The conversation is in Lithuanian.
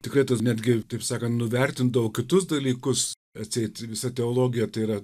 tikrai tas netgi taip sakant nuvertindavou kitus dalykus atseit visa teologija tai yra